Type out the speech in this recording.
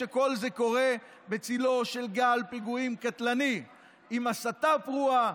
כשכל זה קורה בצילו של גל פיגועים קטלני עם הסתה פרועה,